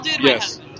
yes